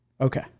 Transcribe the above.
Okay